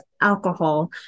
alcohol